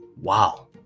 wow